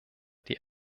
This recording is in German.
die